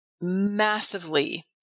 massively